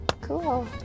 Cool